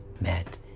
met